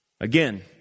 Again